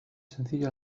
sencillo